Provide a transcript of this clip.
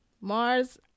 Mars